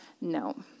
no